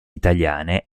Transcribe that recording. italiane